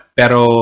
pero